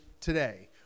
today